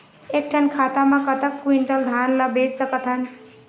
एक ठन खाता मा कतक क्विंटल धान ला बेच सकथन?